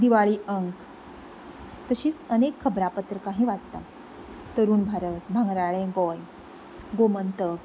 दिवाळी अंक तशींच अनेक खबरापत्रकांय वाचता तरूण भारत भांगराळें गोंय गोमंतक